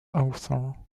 author